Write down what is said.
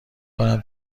کنم